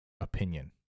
opinion